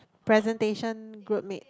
presentation group mate